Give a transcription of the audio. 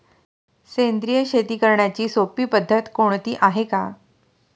सेंद्रिय शेती करण्याची सोपी पद्धत कोणती आहे का?